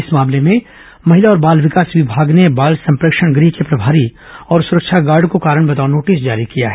इस मामले में महिला और बाल विकास विभाग ने बाल संप्रेक्षण गृह के प्रभारी और सुरक्षा गार्ड को कारण बताओ नोटिस जारी किया है